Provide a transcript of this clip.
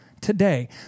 today